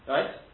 Right